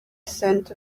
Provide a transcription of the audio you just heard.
scent